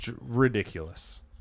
ridiculous